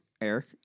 Eric